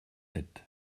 sept